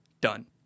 done